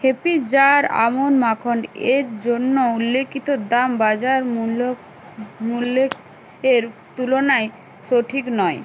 happy jar almond মাখন এর জন্য উল্লেখিত দাম বাজার মূল্য মূল্যের এর তুলনায় সোঠিক নয়